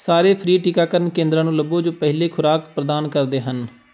ਸਾਰੇ ਫ੍ਰੀ ਟੀਕਾਕਰਨ ਕੇਂਦਰਾਂ ਨੂੰ ਲੱਭੋ ਜੋ ਪਹਿਲੀ ਖੁਰਾਕ ਪ੍ਰਦਾਨ ਕਰਦੇ ਹਨ